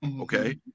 okay